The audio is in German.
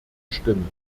stimmen